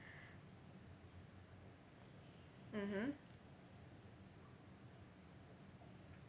mmhmm